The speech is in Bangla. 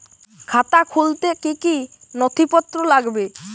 খাতা খুলতে কি কি নথিপত্র লাগবে?